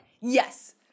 Yes